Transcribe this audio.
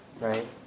right